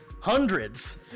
Hundreds